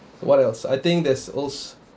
what else I think there's also